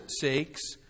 sakes